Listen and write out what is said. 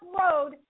road